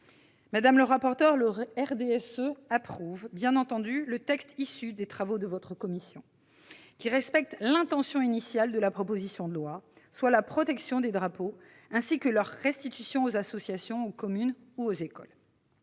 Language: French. Madame la rapporteure, le RDSE approuve, bien entendu, le texte issu des travaux de la commission, qui respecte l'intention initiale des auteurs de la proposition de loi, à savoir la protection des drapeaux, ainsi que leur restitution aux associations, aux communes ou aux écoles.